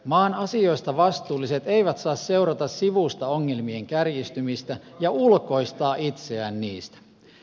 maan asioista vastuulliset eivät saa seurata sivusta ongelmien kärjistymistä ja ulkoistaa itseään niistä